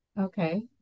Okay